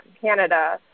Canada